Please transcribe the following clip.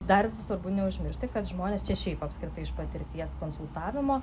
dar svarbu neužmiršti kad žmonės čia šiaip apskritai iš patirties konsultavimo